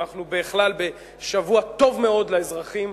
אנחנו בכלל בשבוע טוב מאוד לאזרחים,